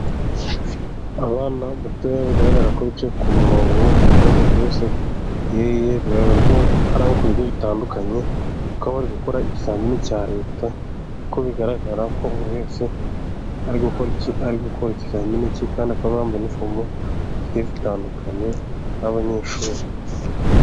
Abana batoya, bigaragara ko bicaye ku murongo ku ntebe buri wese iyi ye, bigaragara ko ari ku bigo bitandukanye, bakaba bari gukora ikizamini cya leta, nkuko bigaragara ko buri wese, ari gukora ikizamini cye kandi akaba yambaye n'inifomu, zigiye zitandukanye n'abanyeshuri.